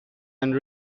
and